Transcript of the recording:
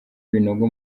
ibinogo